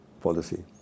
policy